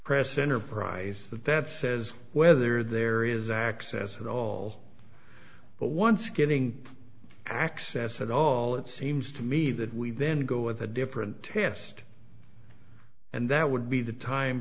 press enterprise that that says whether there is access at all but once getting access at all it seems to me that we then go with a different test and that would be the time